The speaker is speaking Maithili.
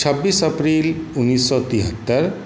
छब्बीस अप्रैल उनैस सओ तिहत्तरि